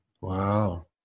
Wow